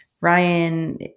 Ryan